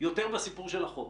יותר מהסיפור של החוק.